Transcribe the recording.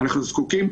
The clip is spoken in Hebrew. אגב,